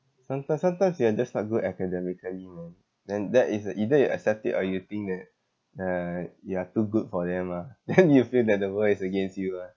sometime~ sometimes you are just not good academically mah then that is uh either you accept it or you think that uh you are too good for them ah then you will feel that the world is against you ah